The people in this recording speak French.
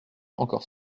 encore